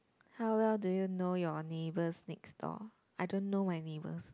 how well do you know your neighbours next door I don't know my neighbours